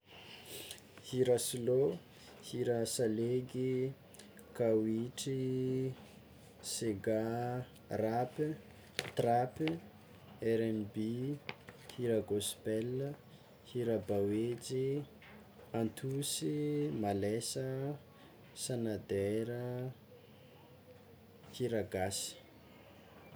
Hira slow, hira salegy, kawitry, sega, rap, trap, rnb, hira gospel, hira baoejy, antsosy, malesa, sanadera, hira gasy.